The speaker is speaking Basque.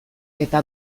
eta